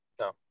No